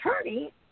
attorney